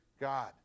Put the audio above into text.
God